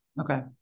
Okay